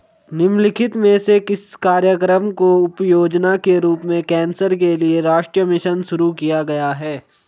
निम्नलिखित में से किस कार्यक्रम को उपयोजना के रूप में कैंसर के लिए राष्ट्रीय मिशन शुरू किया गया है?